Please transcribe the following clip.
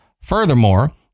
Furthermore